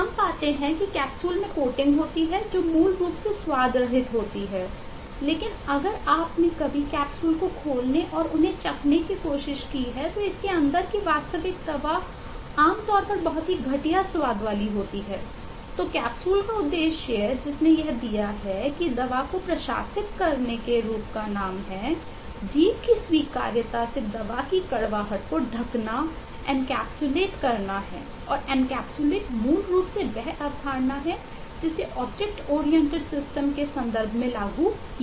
हम पाते हैं कि कैप्सूल के संदर्भ में लागू किया गया है